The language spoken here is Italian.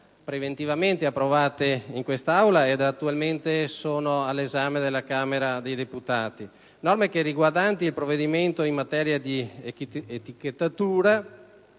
preventivamente approvate in quest'Aula e attualmente sono all'esame della Camera dei deputati, norme riguardanti il provvedimento in materia di etichettatura